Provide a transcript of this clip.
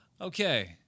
Okay